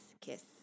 kiss